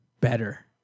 better